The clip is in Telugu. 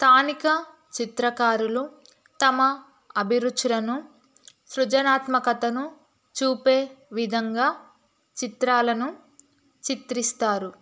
స్థానిక చిత్రకారులు తమ అభిరుచులను సృజనాత్మకతను చూపే విధంగా చిత్రాలను చిత్రిస్తారు